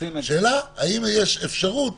השאלה האם יש אפשרות